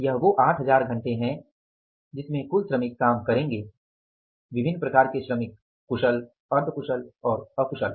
यह वो 8000 घंटे है जितने कुल श्रमिक काम करेंगे विभिन्न प्रकार के श्रमिक कुशल अर्ध कुशल और अकुशल